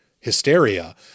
hysteria